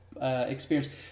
Experience